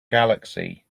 galaxy